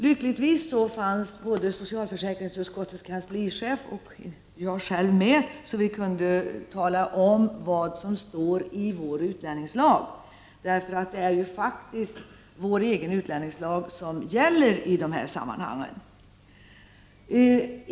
Lyckligtvis fanns också socialförsäkringsutskottets kanslichef där, så vi kunde tala om vad som står i den svenska utlänningslagen, som ju är det som gäller i detta sammanhang.